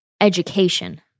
education